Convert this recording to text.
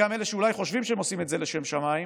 גם אלה שאולי חושבים שהם עושים את זה לשם שמיים